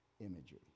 imagery